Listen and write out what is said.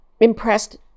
impressed